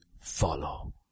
follow